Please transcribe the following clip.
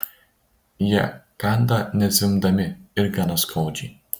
jie kanda nezvimbdami ir gana skaudžiai